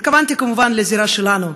התכוונתי כמובן לזירה שלנו,